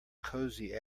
cozy